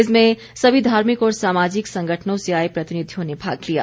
इसमें सभी धार्मिक और सामाजिक संगठनों से आए प्रतिनिधियों ने भाग लिया